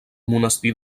monestir